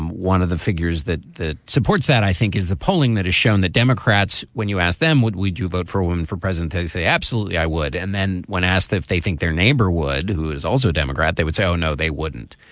um one of the figures that the supports that i think is the polling that has shown the democrats, when you ask them, would we do vote for a woman for president, they they say, absolutely, i would. and then when asked if they think their neighbor would, who is also democrat, they would say, oh, no, they wouldn't.